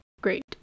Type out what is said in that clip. great